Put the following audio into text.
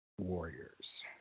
Warriors